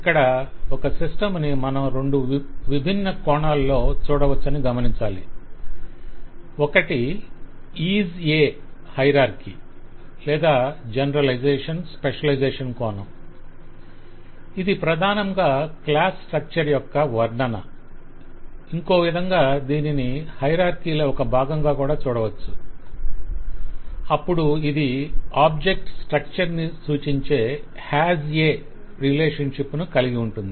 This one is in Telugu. ఇక్కడ ఒక సిస్టమ్ ని మనం రెండు విభిన్న కోణాల్లో చూడవచ్చని గమనించాలి - ఒకటి 'IS A' హైరార్కీ లేదా జనరలైజషన్ స్పెషలైజేషన్ generalization specialization కోణం ఇది ప్రధానంగా క్లాస్ స్ట్రక్చర్ యొక్క వర్ణన ఇంకో విధంగా దీనిని హైరార్కీ లో ఒక భాగంగా కూడా చూడవచ్చు అప్పుడు ఇది ఆబ్జెక్ట్ స్ట్రక్చర్ ని సూచించే 'HAS A' రిలేషన్షిప్ ను కలిగి ఉంటుంది